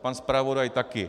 Pan zpravodaj také.